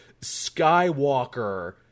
Skywalker